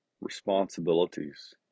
responsibilities